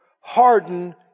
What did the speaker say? harden